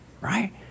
Right